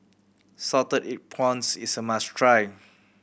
salted egg prawns is a must try